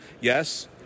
yes